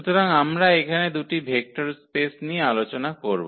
সুতরাং আমরা এখানে দুটি ভেক্টর স্পেস নিয়ে আলোচনা করব